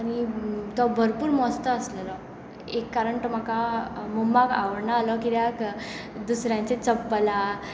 आनी तो भरपूर मस्तो आशिल्लो एक कारण तो म्हाका मम्माक आवडना जालो कित्याक दुसऱ्यांचीं चप्पलां